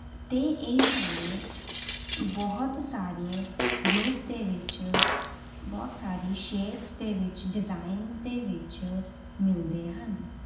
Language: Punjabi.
ਅਤੇ ਇਹ ਸਾਨੂੰ ਬਹੁਤ ਸਾਰੇ ਰੂਪ ਦੇ ਵਿੱਚ ਬਹੁਤ ਸਾਰੀ ਸ਼ੇਪਸ ਦੇ ਵਿੱਚ ਡਿਜ਼ਾਇਨਸ ਦੇ ਵਿੱਚ ਮਿਲਦੇ ਹਨ